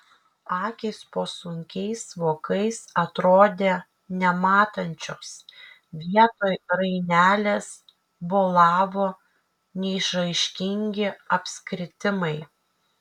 akys po sunkiais vokais atrodė nematančios vietoj rainelės bolavo neišraiškingi apskritimai